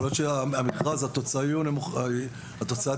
יכול להיות שתוצאות המכרז יהיו נמוכות יותר.